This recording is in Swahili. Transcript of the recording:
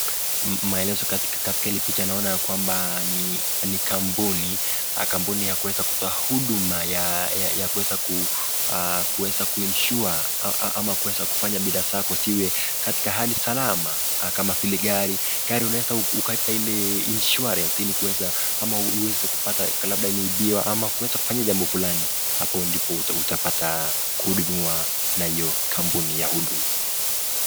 Maelezo katika hili picha naona kwamba ni kampuni, kampuni ya kuweza kutoa huduma ya ya kuweza kuweza ku insurep ama kuweza kufanya biashara yako ziwe katika hali salama kama vile gari. Gari unaweza ukapa ile insurance ili kuweza ama uweze kupata labda imeibiwa ama kuweza kufanya jambo fulani. Hapo ndipo utapata kuhudumiwa na hiyo kampuni ya huduma.